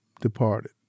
departed